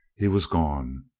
he was gone.